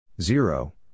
Zero